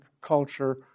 culture